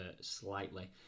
slightly